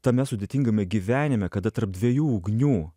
tame sudėtingame gyvenime kada tarp dviejų ugnių